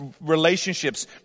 relationships